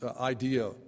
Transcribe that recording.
idea